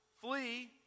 Flee